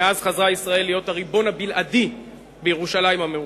מאז חזרה ישראל להיות הריבון הבלעדי בירושלים המאוחדת.